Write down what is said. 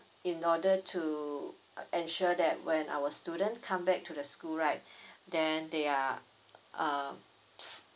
in order to uh ensure that when our student come back to the school right then they are um fu~